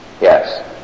Yes